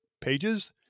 pages